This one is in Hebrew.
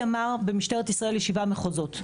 במשטרת ישראל יש שבעה מחוזות.